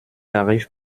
arrive